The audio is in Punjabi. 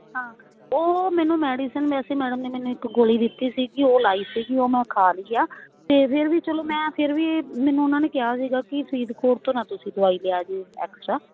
ਹਾਂ ਉਹ ਮੈਨੂੰ ਮੈਡੀਸਨ ਵੈਸੇ ਮੈਡਮ ਨੇ ਮੈਨੂੰ ਇੱਕ ਗੋਲੀ ਦਿੱਤੀ ਸੀ ਕਿ ਉਹ ਲਾਈ ਸੀਗੀ ਉਹ ਮੈਂ ਖਾ ਲਈ ਆ ਅਤੇ ਫਿਰ ਵੀ ਚਲੋ ਮੈਂ ਫਿਰ ਵੀ ਮੈਨੂੰ ਉਹਨਾਂ ਨੇ ਕਿਹਾ ਸੀਗਾ ਕਿ ਫਰੀਦਕੋਟ ਤੋਂ ਨਾ ਤੁਸੀਂ ਦਵਾਈ ਲਿਆ ਜੇ ਐਕਸਟਰਾ